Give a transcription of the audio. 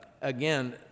again